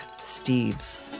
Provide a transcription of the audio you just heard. Steves